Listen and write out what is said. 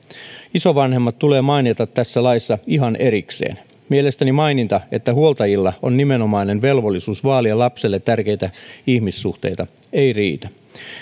isovanhemmat tulee mainita tässä laissa ihan erikseen mielestäni maininta että huoltajilla on nimenomainen velvollisuus vaalia lapselle tärkeitä ihmissuhteita ei riitä